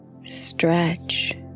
stretch